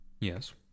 Yes